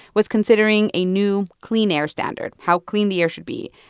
was considering a new clean air standard. how clean the air should be.